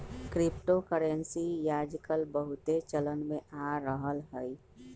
crypto currency याजकाल बहुते चलन में आ रहल हइ